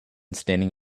standing